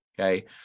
okay